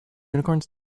unicorns